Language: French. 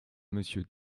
monsieur